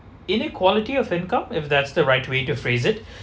inequality of income if that's the right way to phrase it